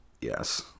yes